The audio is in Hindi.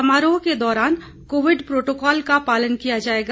समारोह के दौरान कोविड प्रोटोकॉल का पालन किया जायेगा